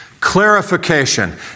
Clarification